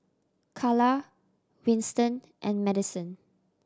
Kala Winston and Madison